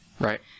Right